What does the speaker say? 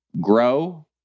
grow